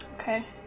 Okay